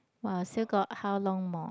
!wah! still got how long more